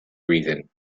reason